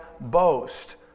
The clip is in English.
boast